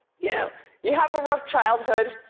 you know you have a rough childhood,